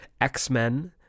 x-men